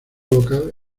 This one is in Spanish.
local